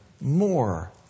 more